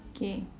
okay